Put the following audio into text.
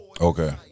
Okay